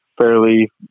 fairly